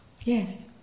Yes